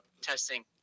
testing